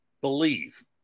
believe